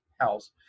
house